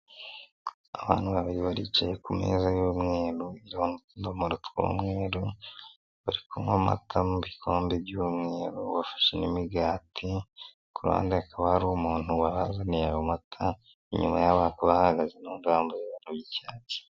Abantu babiri baricaye ku meza y'umweru iriho utudomoro tw'umweru, bari kunywa amata mu bikombe by'umweru, bafashe n'imigati, kuruhande hakaba hari umuntu wabazaniye ayo mata, inyuma yabo hakaba hahahagaze n'undi uwambaye umwenda icyatsi .